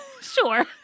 Sure